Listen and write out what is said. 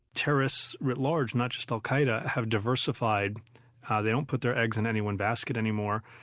terrorists writ large, not just al-qaida, have diversified they don't put their eggs in any one basket anymore,